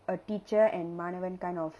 a teacher and மாணவன்:maanavan kind of